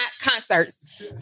concerts